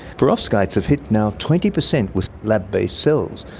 perovskites have hit now twenty percent with lab-based cells.